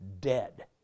dead